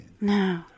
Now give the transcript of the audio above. No